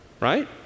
right